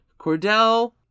Cordell